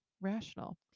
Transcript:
Rational